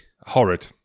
horrid